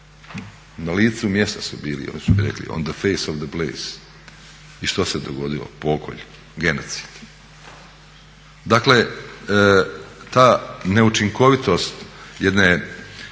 su bili i oni su mi rekli on the face of the place. I što se dogodilo? Pokolj, genocid. Dakle, ta neučinkovitost i